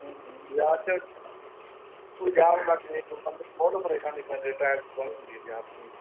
ਬਜ਼ਾਰ 'ਚ ਕੋਈ ਜਾਮ ਲੱਗ ਜਾਵੇ ਬਹੁਤ ਪਰੇਸ਼ਾਨੀ ਟਰੈਫਿਕ ਬਾਹਲੀ ਹੁੰਦੀ ਹੈ ਬਜ਼ਾਰ 'ਚ ਵੀ